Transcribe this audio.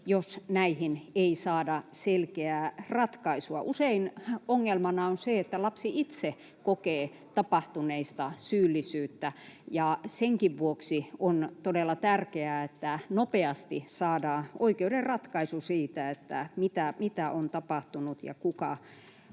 jos näihin ei saada selkeää ratkaisua. Usein ongelmana on se, että lapsi itse kokee tapahtuneesta syyllisyyttä, ja senkin vuoksi on todella tärkeää, että nopeasti saadaan oikeuden ratkaisu siitä, mitä on tapahtunut ja kuka